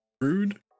Rude